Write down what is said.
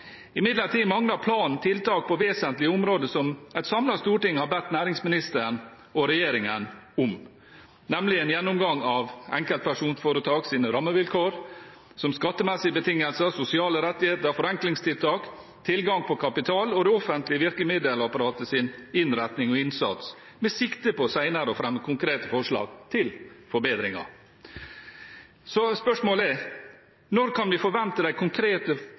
Imidlertid mangler planen tiltak på vesentlige områder, som et samlet storting har bedt næringsministeren og regjeringen om, nemlig en gjennomgang av enkeltpersonsforetaks rammevilkår, som skattemessige betingelser, sosiale rettigheter, forenklingstiltak, tilgang på kapital og det offentlige virkemiddelapparatets innretning og innsats med sikte på senere å fremme konkrete forslag til forbedringer. Så spørsmålet er: Når kan vi forvente konkrete